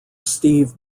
steve